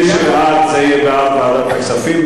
מי שבעד זה יהיה בעד ועדת הכספים,